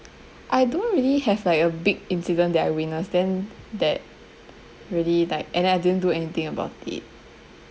I don't really have like a big incident that I witnessed then that really like and I didn't do anything about it